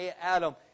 Adam